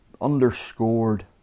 underscored